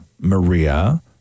Maria